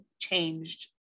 changed